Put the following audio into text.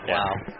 Wow